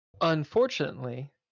Unfortunately